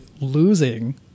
losing